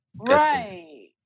right